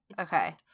Okay